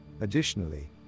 Additionally